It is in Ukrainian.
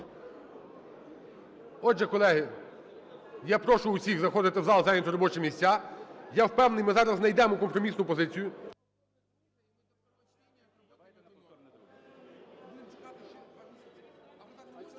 Отже, колеги, я прошу усіх заходити в зал, зайняти робочі місця. Я впевнений, ми зараз знайдемо компромісну позицію.